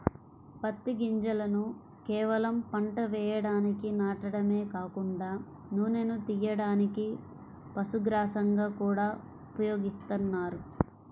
పత్తి గింజలను కేవలం పంట వేయడానికి నాటడమే కాకుండా నూనెను తియ్యడానికి, పశుగ్రాసంగా గూడా ఉపయోగిత్తన్నారు